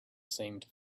seemed